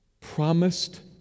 Promised